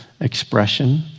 expression